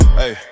hey